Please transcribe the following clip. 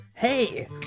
Hey